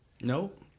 Nope